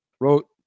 wrote